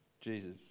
Jesus